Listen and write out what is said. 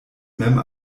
mem